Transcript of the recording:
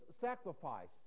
sacrifice